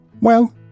Well